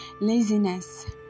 laziness